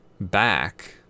back